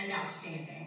outstanding